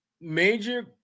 major